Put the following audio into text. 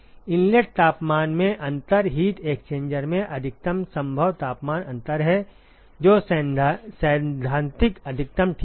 inlet तापमान में अंतर हीट एक्सचेंजर में अधिकतम संभव तापमान अंतर है जो सैद्धांतिक अधिकतम ठीक है